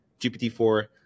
GPT-4